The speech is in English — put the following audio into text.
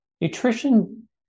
nutrition